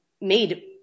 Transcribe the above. made